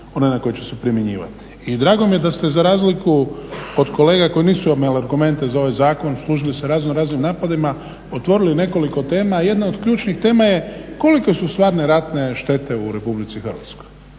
one na koje će se primjenjivati. I drago mi je da ste za razliku od kolega koji nisu … za ovaj zakon služili se raznoraznim napadima otvorili nekoliko tema, jedna od ključnih tema je kolike su stvarne ratne štete u RH.